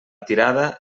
tirada